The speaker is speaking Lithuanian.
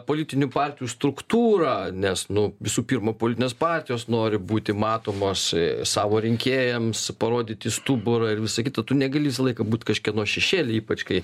politinių partijų struktūrą nes nu visų pirma politinės partijos nori būti matomos savo rinkėjams parodyti stuburą ir visa kita tu negali visą laiką būt kažkieno šešėly ypač kai